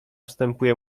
wstępuje